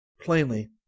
Plainly